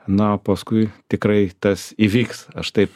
na o paskui tikrai tas įvyks aš taip